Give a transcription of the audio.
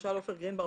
למשל עופר גרינבאום,